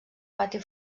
pati